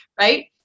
right